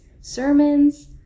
sermons